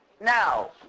Now